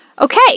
okay